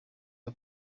aya